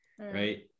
right